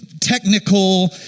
technical